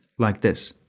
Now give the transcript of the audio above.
like this.